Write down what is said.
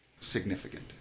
significant